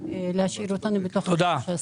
ולהשאיר אותנו בין 13 היישובים.